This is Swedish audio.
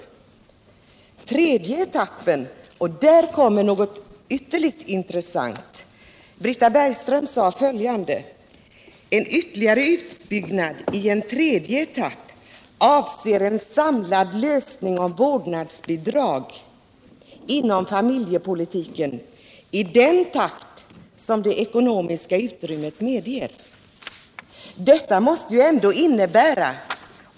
I tredje etappen kommer något ytterligt intressant. Britta Bergström sade följande: En ytterligare utbyggnad i en tredje etapp avser en samlad lösning av frågan om vårdnadsbidrag inom familjepolitiken i den takt som det ekonomiska utrymmet medger.